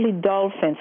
dolphins